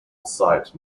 site